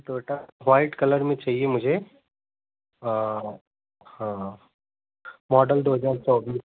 Toyota white colour में चाहिए मुझे हाँ मॉडल दो हजार चौबीस